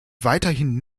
weiterhin